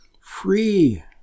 free